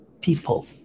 people